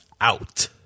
out